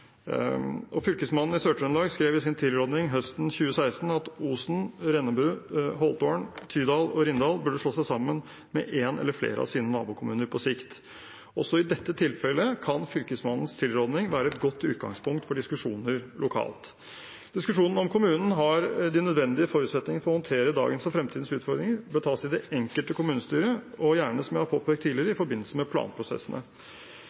Fylkesmannen i Sør-Trøndelag skrev i sin tilrådning høsten 2016 at Osen, Rennebu, Holtålen, Tydal og Rindal burde slå seg sammen med én eller flere av sine nabokommuner på sikt. Også i dette tilfellet kan Fylkesmannens tilrådning være et godt utgangspunkt for diskusjoner lokalt. Diskusjonen om kommunen har de nødvendige forutsetninger for å håndtere dagens og fremtidens utfordringer, bør tas i det enkelte kommunestyre og gjerne, som jeg har påpekt tidligere,